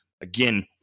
Again